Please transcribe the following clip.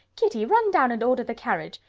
kitty, run down and order the carriage.